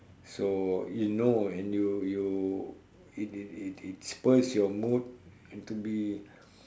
so you know and you you it it it it spurs your mood to be